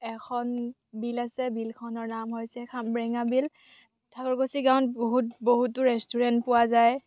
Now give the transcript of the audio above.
এখন বিল আছে বিলখনৰ নাম হৈছে খাম্বৰেঙা বিল ঠাকুৰকুছি গাঁৱত বহুত বহুতো ৰেষ্টুৰেন্ট পোৱা যায়